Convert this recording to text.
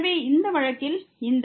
எனவே இந்த வழக்கில் இந்த Δx y